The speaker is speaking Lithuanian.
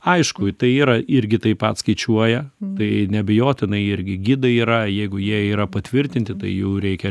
aišku tai yra irgi taip pat skaičiuoja tai neabejotinai irgi gidai yra jeigu jie yra patvirtinti tai jų reikia